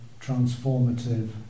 transformative